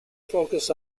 focused